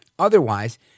Otherwise